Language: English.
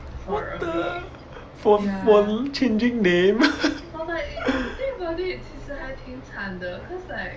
what the for for just changing name